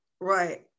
Right